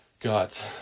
got